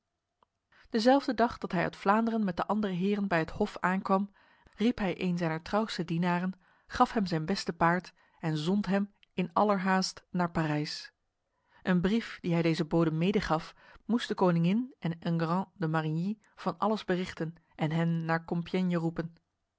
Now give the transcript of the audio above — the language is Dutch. dezelfde dag dat hij uit vlaanderen met de andere heren bij het hof aankwam riep hij een zijner trouwste dienaren gaf hem zijn beste paard en zond hem in allerhaast naar parijs een brief die hij deze bode mede gaf moest de koningin en enguerrand de marigny van alles berichten en hen naar compiègne roepen